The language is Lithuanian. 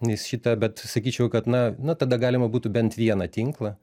nes šitą bet sakyčiau kad na na tada galima būtų bent vieną tinklą